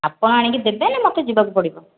ଆପଣ ଆଣିକି ଦେବେ ନାଁ ମୋତେ ଯିବାକୁ ପଡ଼ିବ